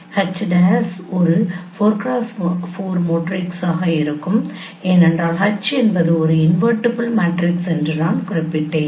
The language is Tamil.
H 1 ஒரு 4x4 மேட்ரிக்ஸாக இருக்கும் ஏனென்றால் H என்பது ஒரு இன்வெர்ட்டிபிள் மேட்ரிக்ஸ் என்று நான் குறிப்பிட்டேன்